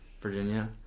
Virginia